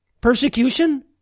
persecution